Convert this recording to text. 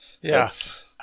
Yes